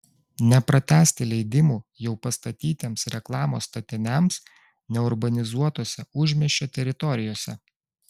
nepratęsti leidimų jau pastatytiems reklamos statiniams neurbanizuotose užmiesčio teritorijose